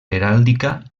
heràldica